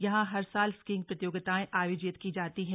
यहां हर साल स्कीइंग प्रतियोगिताए आयोजित की जाती हैं